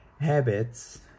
habits